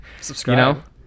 Subscribe